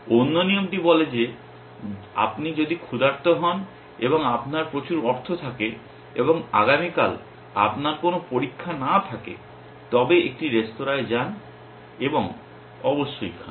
অন্য নিয়মটি বলে যে আপনি যদি ক্ষুধার্ত হন এবং আপনার প্রচুর অর্থ থাকে এবং আগামীকাল আপনার কোন পরীক্ষা না থাকে তবে একটি রেস্তোরাঁয় যান এবং অবশ্যই খান